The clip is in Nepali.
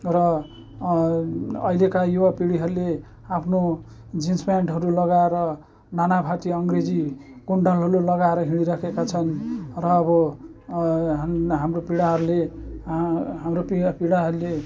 र अहिलेका युवा पिँढीहरूले आफ्नो जिन्स प्यान्टहरू लगाएर नानाभाँती अङ्ग्रेजी कुन्डलहरू लगाएर हिँडिराखेका छन् र अब हाम् हाम्रो पिँढीहरूले हाम्रो पिँढीहरूले